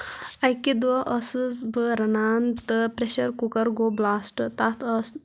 اکہِ دۄہ ٲسٕس بہٕ رنان تہٕ پریشر کُکر گوٚو بٕلاسٹ تتھ ٲس